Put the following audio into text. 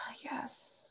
Yes